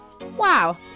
Wow